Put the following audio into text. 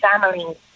families